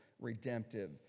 redemptive